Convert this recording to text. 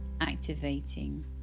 activating